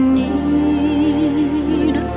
need